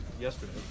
yesterday